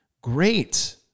Great